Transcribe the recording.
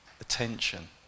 attention